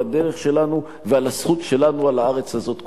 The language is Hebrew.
על הדרך שלנו ועל הזכות שלנו על הארץ הזאת כולה.